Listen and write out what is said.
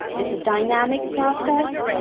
it's a dynamic process.